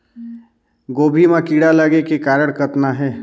गोभी म कीड़ा लगे के कारण कतना हे?